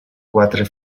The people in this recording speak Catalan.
quatre